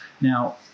Now